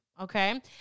okay